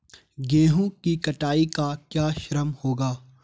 गेहूँ की कटाई का क्या श्रम होगा?